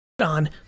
on